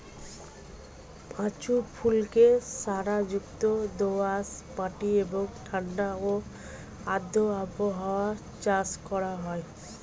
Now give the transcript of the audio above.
পাঁচু ফুলকে সারযুক্ত দোআঁশ মাটি এবং ঠাণ্ডা ও আর্দ্র আবহাওয়ায় চাষ করা হয়